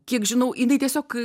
kiek žinau jinai tiesiog